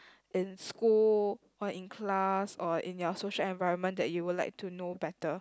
in school or in class or in your social environment that you would like to know better